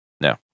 No